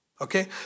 Okay